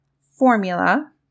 formula